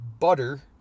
butter